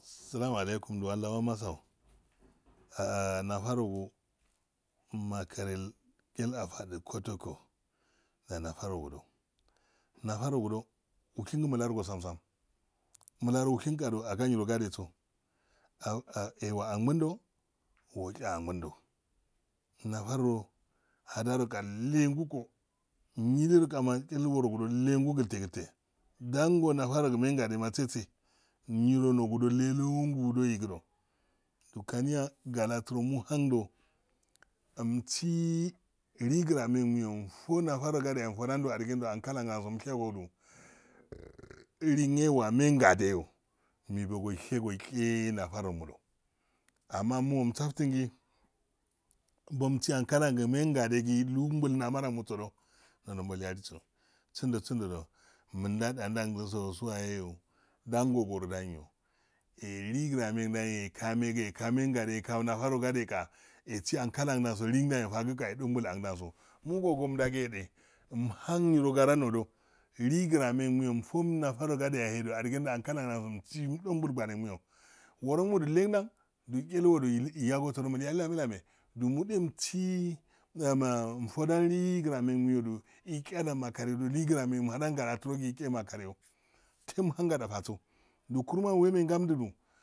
Salamalekum duwan lawan masau nafarogu makari afadil kotoko danfurrogudi nafaro do ushengi mula rogo sum-sam muha ro ushenga do agai yiro gadeso ewahn ngudo oshaga angundo nafardo adarogal nengugu nyittegilte dango nafarogi nenggade natse tse ngiro nongudo yigido gi kaniya galati do muhando msiih ligiramen mfunafaro gadedo ammumfudanda liyen e wa mongadego mibogo ishe nafara si ankallam gi mengade gi illungol lamar angumosogido ndodo bolyaliso ndiso sowaheyo dango gorgidanyo liyegrame ganyo eka megi eka mengade eka-eka nafarogadeyo a esi ankellan danso liyendayo fagi qa edongol engango mo- mogondam ge muham nyiro yarandodo liye gramenginoyo mfo nafa rogodelo adigendo woro gimo miyagosodomilyali lamelame mot usii liyigrame ngimoyo du ishadan makari do liyi grame mhadan galati rogi isha makarido tom han gadaso do kuruman,